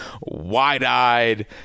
wide-eyed